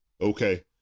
okay